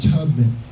Tubman